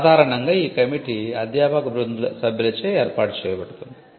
సాధారణంగా ఈ కమిటీ అధ్యాపక సభ్యులచే ఏర్పాటు చేయబడుతుంది